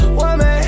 woman